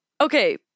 okay